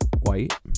white